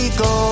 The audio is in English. go